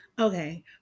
Okay